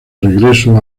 regreso